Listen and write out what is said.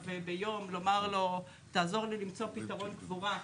ביום לומר לו תעזור לי למצוא פתרון קבורה,